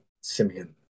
Simeon